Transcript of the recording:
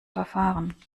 verfahren